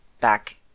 back